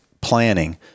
planning